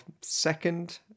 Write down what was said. second